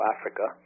Africa